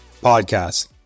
podcast